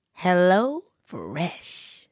HelloFresh